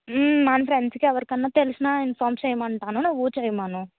మన ఫ్రెండ్స్కి ఎవరికైనా తెలిసినా ఇన్ఫార్మ్ చేయమంటాను నువ్వు చెయ్యమను